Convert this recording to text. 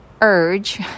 urge